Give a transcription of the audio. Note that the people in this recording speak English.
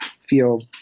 feel